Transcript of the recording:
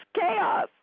chaos